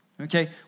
Okay